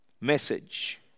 message